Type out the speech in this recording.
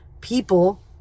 people